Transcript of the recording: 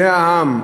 זה העם.